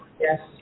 Yes